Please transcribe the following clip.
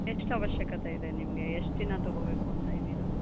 ಎಷ್ಟು ಅವಶ್ಯಕತೆ ಇದೆ ನಿಮಗೆ ಎಷ್ಟು ಚಿನ್ನ ತೊಗೊಬೇಕು ಅಂತ ಇದ್ದೀರ